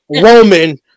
Roman